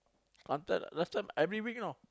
slanted last time every week you know